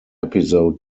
episode